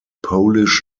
polish